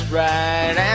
right